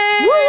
Woo